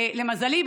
למזלי,